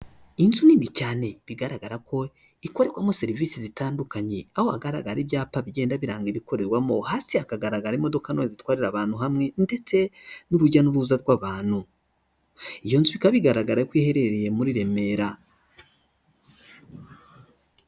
Inzu nini cyane bigaragara ko ikorerwamo serivise zitandukanye, aho hagaragara ibyapa bigenda biranga ibikorerwamo, hasi hakagaragara imodoka ntoya zitwarira abantu hamwe ndetse n'urujya n'uruza rw'abantu. Iyo nzu bikaba bigaragara ko iherereye muri Remera.